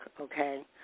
Okay